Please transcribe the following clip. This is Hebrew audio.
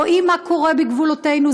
רואים מה קורה בגבולותינו.